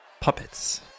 puppets